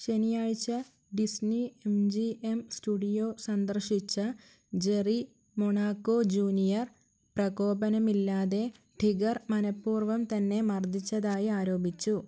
ശനിയാഴ്ച Disney M G M studio സന്ദർശിച്ച Jerry Monaco Junior പ്രകോപനമില്ലാതെ ഠിഗർ മനഃപൂർവം തന്നെ മർദ്ദിച്ചതായി ആരോപിച്ചു